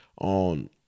on